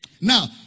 Now